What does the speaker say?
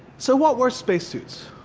so what were spacesuits?